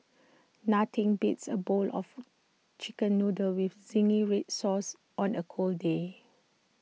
nothing beats A bowl of Chicken Noodles with Zingy Red Sauce on A cold day